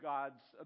God's